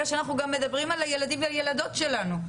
אלא שאנחנו גם מדברים על הילדים ועל הילדות שלנו.